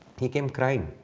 he came crying